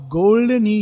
golden